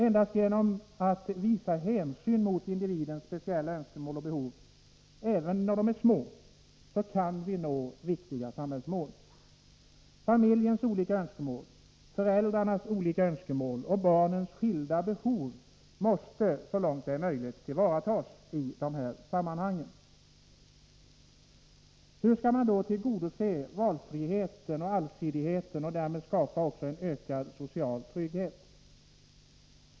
Endast genom att visa hänsyn mot individernas speciella önskemål och behov, även när de är små, kan vi nå viktiga samhällsmål. Familjens olika önskemål, föräldrarnas olika önskemål och barnens skilda behov måste så långt det är möjligt tillvaratas i dessa sammanhang. Hur skall man då tillgodose valfriheten och allsidigheten och därmed skapa en ökad social trygghet?